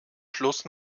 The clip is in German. schluss